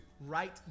write